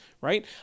right